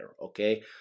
okay